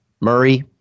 Murray